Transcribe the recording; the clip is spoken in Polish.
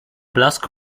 blask